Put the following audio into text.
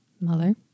mother